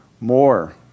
more